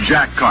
Jack